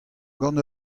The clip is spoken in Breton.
gant